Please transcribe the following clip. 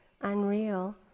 unreal